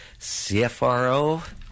CFRO